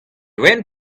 wenn